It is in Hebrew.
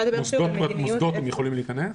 למוסדות הם יכולים להיכנס?